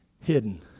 hidden